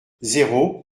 zéro